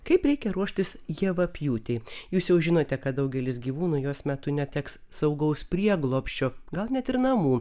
kaip reikia ruoštis javapjūtei jūs jau žinote kad daugelis gyvūnų jos metu neteks saugaus prieglobsčio gal net ir namų